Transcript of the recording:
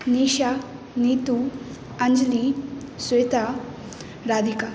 Nisha Nitu Anjali Shweta Radhika